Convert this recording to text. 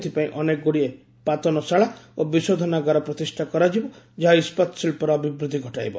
ଏଥିପାଇଁ ଅନେକଗୁଡିଏ ପାତନଶାଳା ଓ ବିଶୋଧନାଗାର ପ୍ରତିଷ୍ଠା କରାଯିବ ଯାହା ଇସ୍କାତ ଶିଳ୍ପର ଅଭିବୃଦ୍ଧି ଘଟାଇବ